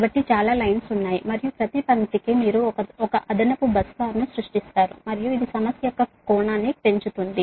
కాబట్టి చాలా లైన్లు ఉన్నాయి మరియు ప్రతి లైన్ కి మీరు ఒక అదనపు బస్సు బార్ను సృష్టిస్తారు మరియు ఇది సమస్య యొక్క కోణాన్ని పెంచుతుంది